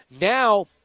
now